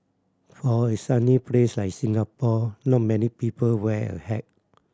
for a sunny place like Singapore not many people wear a hat